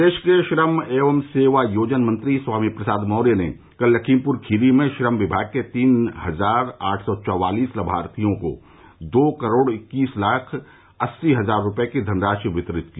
प्रदेश के श्रम एवं सेवायोजन मंत्री स्वामी प्रसाद मौर्य ने कल लखीमपुर खीरी में श्रम विभाग के तीन हजार आठ सौ चौवालिस लाभार्थियों को दो करोड़ इक्कीस लाख अस्सी हजार रूपये की धनराशि वितरित की